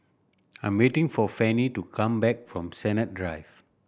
I'm waiting for Fanny to come back from Sennett Drive